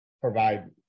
provide